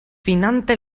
finante